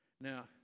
Now